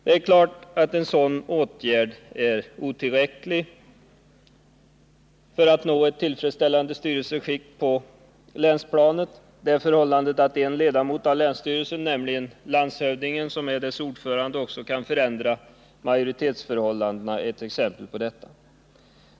Det är klart att en sådan åtgärd är otillräcklig för att nå ett tillfredsställande styrelseskick på länsplanet. Det förhållandet att en ledamot av länsstyrelsen, nämligen landshövdingen som är dess ordförande, också kan förändra majoritetsförhållandena är ett exempel på detta.